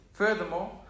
furthermore